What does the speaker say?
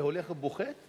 זה הולך ופוחת?